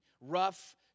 rough